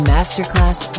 Masterclass